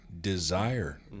desire